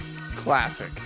Classic